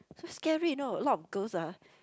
so scary you know a lot of girls ah